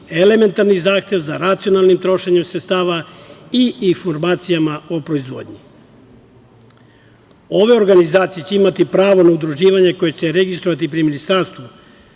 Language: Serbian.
elementarni zahtev za racionalno trošenje sredstava i informacije o proizvodnji. Ove organizacije će imati pravo na udruživanje koje će se registrovati pri ministarstvu,